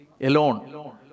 alone